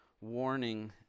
warning